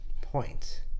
point